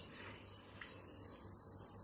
01sin50t x14 0